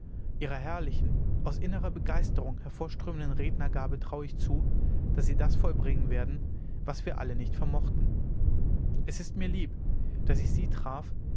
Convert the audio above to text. ihrer herrlichen aus innerer begeisterung hervorströmenden rednergabe traue ich zu daß sie das vollbringen werden was wir alle nicht vermochten es ist mir lieb daß ich sie traf